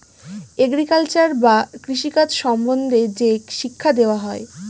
agriculture বা কৃষি কাজ সম্বন্ধে যে শিক্ষা দেওয়া হয়